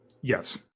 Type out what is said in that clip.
yes